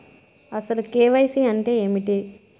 అసలు కే.వై.సి అంటే ఏమిటి?